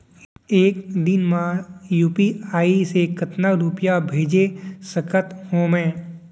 एक दिन म यू.पी.आई से कतना रुपिया भेज सकत हो मैं?